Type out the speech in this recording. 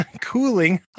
cooling